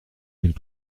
mille